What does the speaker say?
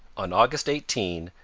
on august eighteen,